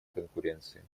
конкуренции